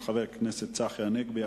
של חבר הכנסת צחי הנגבי,